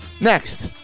Next